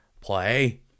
play